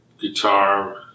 guitar